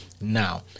Now